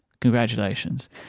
Congratulations